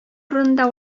урынында